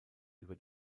über